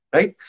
Right